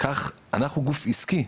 אנחנו גוף עסקי,